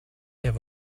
there